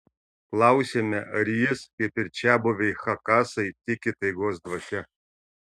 klausiame ar jis kaip ir čiabuviai chakasai tiki taigos dvasia